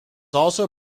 also